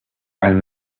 and